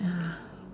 ya